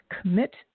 commit